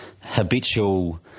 habitual